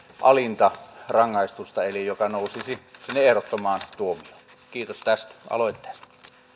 alinta rangaistusta eli se nousisi sinne ehdottomaan tuomioon kiitos tästä aloitteesta